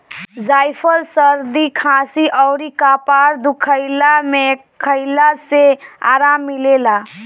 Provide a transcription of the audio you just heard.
जायफल सरदी खासी अउरी कपार दुखइला में खइला से आराम मिलेला